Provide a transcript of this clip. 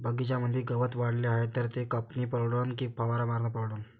बगीच्यामंदी गवत वाढले हाये तर ते कापनं परवडन की फवारा मारनं परवडन?